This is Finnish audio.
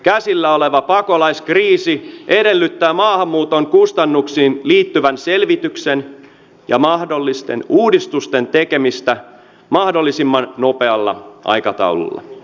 käsillä oleva pakolaiskriisi edellyttää maahanmuuton kustannuksiin liittyvän selvityksen ja mahdollisten uudistusten tekemistä mahdollisimman nopealla aikataululla